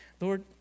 Lord